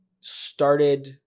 started